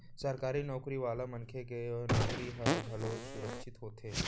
सरकारी नउकरी वाला मनखे के नउकरी ह घलोक सुरक्छित होथे